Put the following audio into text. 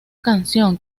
canción